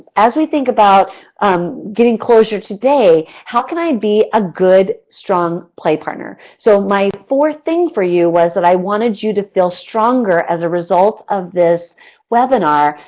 as we think about um getting closure today, how can i be a good, strong play partner. so, my fourth thing for you was, i wanted you to feel stronger as a result of this webinar,